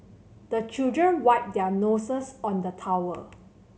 the children wipe their noses on the towel